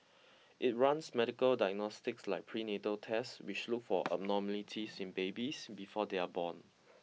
it runs medical diagnostics like prenatal test which look for abnormalities in babies before they are born